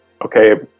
okay